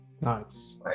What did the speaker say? nice